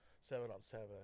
seven-on-seven